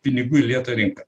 pinigų įlieta į rinką